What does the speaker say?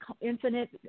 infinite